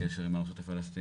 הקשר עם המערכת הפלסטינית,